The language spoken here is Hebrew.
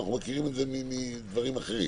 כמו שאנחנו מכירים מדברים אחרים.